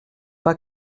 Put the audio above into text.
pas